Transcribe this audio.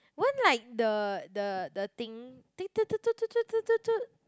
won't like the the the thing